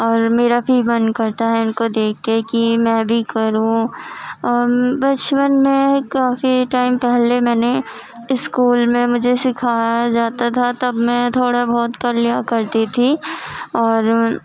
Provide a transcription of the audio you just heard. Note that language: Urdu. اور میرا بھی من کرتا ہے کہ ان کو دیکھ کے کہ میں بھی کروں بچپن میں کافی ٹائم پہلے میں نے اسکول میں مجھے سکھایا جاتا تھا تب میں تھوڑا بہت کر لیا کرتی تھی اور